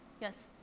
yes